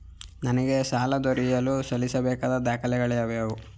ನನಗೆ ಸಾಲ ದೊರೆಯಲು ಸಲ್ಲಿಸಬೇಕಾದ ದಾಖಲೆಗಳಾವವು?